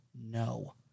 no